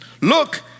Look